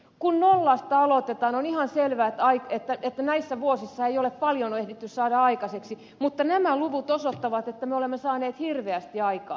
kun nollasta aloitetaan on ihan selvää että näissä vuosissa ei ole paljon ehditty saada aikaiseksi mutta nämä luvut osoittavat että me olemme saaneet hirveästi aikaan